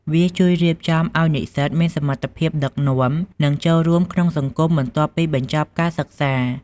វាជួយរៀបចំឲ្យនិស្សិតមានសមត្ថភាពដឹកនាំ និងចូលរួមក្នុងសង្គមបន្ទាប់ពីបញ្ចប់ការសិក្សា។